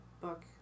book